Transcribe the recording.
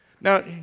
Now